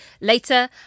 later